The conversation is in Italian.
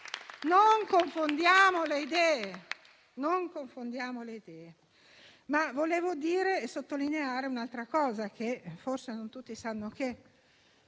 Non confondiamo le idee. Volevo sottolineare un'altra cosa, che forse non tutti sanno.